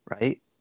right